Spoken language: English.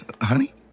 Honey